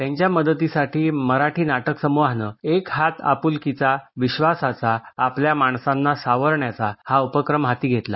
त्यांच्या मदतीसाठी मराठी नाटक समूहानं एक हात आपुलकीचा विश्वासाचा आपल्या माणसांना सावरण्याचा हा उपक्रम हाती घेतला